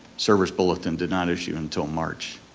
service bulletin did not issue until march.